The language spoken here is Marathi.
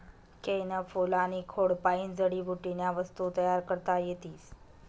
केयनं फूल आनी खोडपायीन जडीबुटीन्या वस्तू तयार करता येतीस